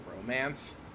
romance